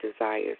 desires